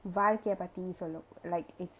வாழ்க்கைய பத்தி சொல்லும்:valkaiya pathi sollum like it's